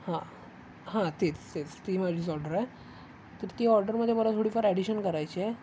हां हां तेच तेच ती माझीच ऑर्डर आहे तर ती ऑर्डरमध्ये मला थोडीफार ॲडिशन करायची आहे